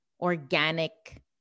organic